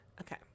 Okay